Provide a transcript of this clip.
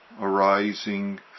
arising